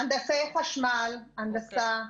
הנדסאי חשמל, הנדסה,